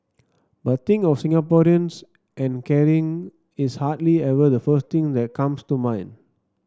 but think of Singaporeans and caring is hardly ever the first thing that comes to mind